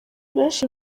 benshi